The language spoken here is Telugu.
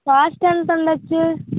కాస్ట్ ఎంత ఉండవచ్చు